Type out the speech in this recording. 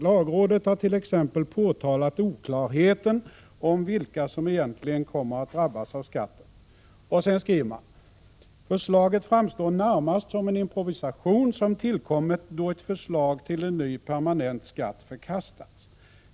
Lagrådet har t.ex. påtalat oklarheten om vilka som egentligen kommer att drabbas av skatten.” Lagrådet skriver vidare: ”Förslaget framstår närmast som en improvisation som tillkommit då ett förslag till en ny permanent skatt förkastats.